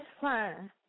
fine